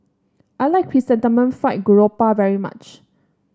I like Chrysanthemum Fried Garoupa very much